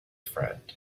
friend